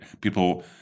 people